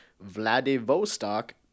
Vladivostok